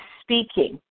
speaking